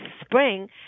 spring